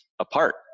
apart